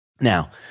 Now